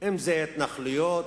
ואם התנחלויות.